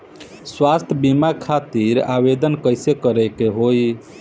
स्वास्थ्य बीमा खातिर आवेदन कइसे करे के होई?